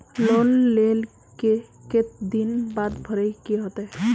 Loan लेल के केते दिन बाद भरे के होते?